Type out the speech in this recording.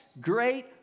great